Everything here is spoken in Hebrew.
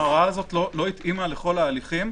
ההוראה הזאת לא התאימה לכל ההליכים.